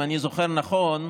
אם אני זוכר נכון,